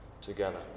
together